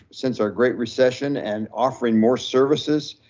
since our great recession and offering more services.